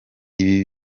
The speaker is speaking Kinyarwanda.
ibi